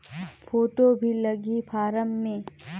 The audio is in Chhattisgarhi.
फ़ोटो भी लगी फारम मे?